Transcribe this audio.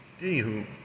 anywho